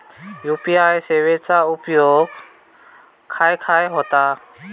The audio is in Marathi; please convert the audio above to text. यू.पी.आय सेवेचा उपयोग खाय खाय होता?